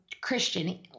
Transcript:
Christian